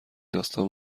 داستان